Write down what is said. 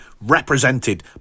represented